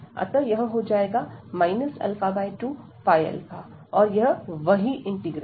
अतः यह हो जाएगा 2 और यह वही इंटीग्रल है